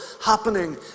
happening